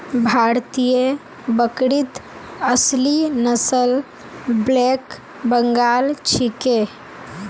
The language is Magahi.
भारतीय बकरीत असली नस्ल ब्लैक बंगाल छिके